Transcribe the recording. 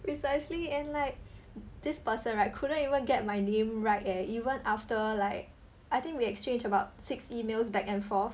precisely and like this person right couldn't even get my name right eh even after like I think we exchange about six emails back and forth